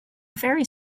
faerie